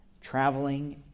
traveling